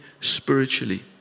spiritually